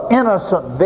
innocent